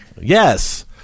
Yes